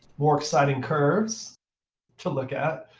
more exciting curves to look at.